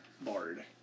Bard